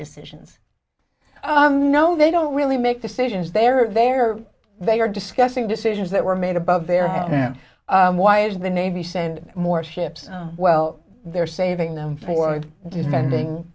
decisions no they don't really make decisions they are there they are discussing decisions that were made above their head and why is the navy send more ships well they're saving them for a spending